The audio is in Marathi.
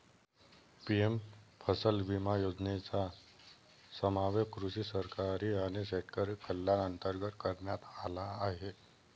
पी.एम फसल विमा योजनेचा समावेश कृषी सहकारी आणि शेतकरी कल्याण अंतर्गत करण्यात आला आहे